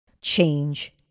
Change